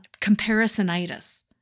comparisonitis